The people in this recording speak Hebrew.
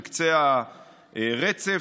בקצה הרצף,